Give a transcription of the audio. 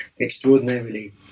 extraordinarily